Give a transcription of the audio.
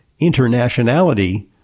internationality